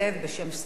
בשם סיעת ש"ס.